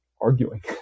arguing